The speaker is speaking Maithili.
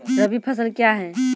रबी फसल क्या हैं?